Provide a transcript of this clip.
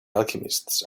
alchemist